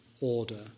order